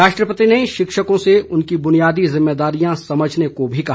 राष्ट्रपति ने शिक्षकों से उनकी बुनियादी जिम्मेदारियां समझने को भी कहा